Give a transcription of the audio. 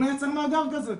בואו נייצר מאגר כזה.